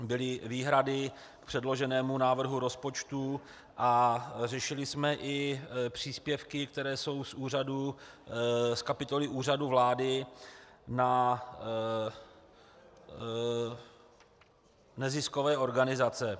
Byly výhrady k předloženému návrhu rozpočtu a řešili jsme i příspěvky, které jsou z kapitoly Úřadu vlády na neziskové organizace.